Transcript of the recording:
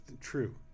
True